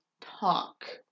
talk